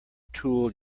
tool